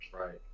right